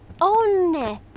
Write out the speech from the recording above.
on